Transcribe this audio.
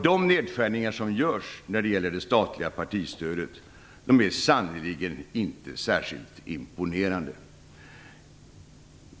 De nedskärningar som görs när det gäller det statliga partistödet är sannerligen inte särskilt imponerande.